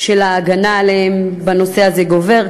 של ההגנה עליהם בנושא הזה גובר.